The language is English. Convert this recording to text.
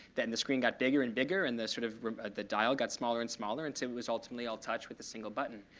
then the screen got bigger and bigger. and the sort of the dial got smaller and smaller until it was ultimately all touch with a single button.